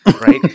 right